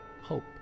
hope